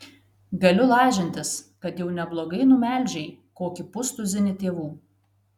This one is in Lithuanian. galiu lažintis kad jau neblogai numelžei kokį pustuzinį tėvų